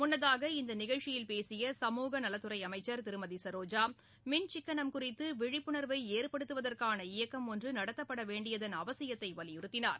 முன்னதாக இந்த நிகழ்ச்சியில் பேசிய சமூக நலத்துறை அமைச்சர் திருமதி சரோஜா மின் சிக்கனம் குறித்து விழிப்புணர்வை ஏற்படுத்துவதற்கான இயக்கம் ஒன்று நடத்தப்பட வேண்டியதன் அவசியத்தை வலியுறுத்தினார்